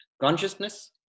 Consciousness